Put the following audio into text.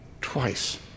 twice